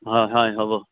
হয় হয় হ'ব